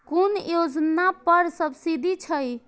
कुन योजना पर सब्सिडी छै?